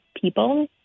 people